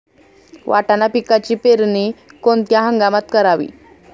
वाटाणा पिकाची पेरणी कोणत्या हंगामात करावी?